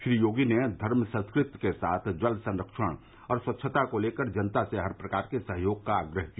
श्री योगी ने धर्म संस्कृति के साथ जल संरक्षण और स्वच्छता को लेकर जनता से हर प्रकार के सहयोग का आग्रह किया